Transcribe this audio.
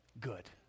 good